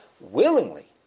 willingly